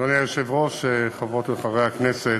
אדוני היושב-ראש, חברות וחברי הכנסת,